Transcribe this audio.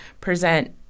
present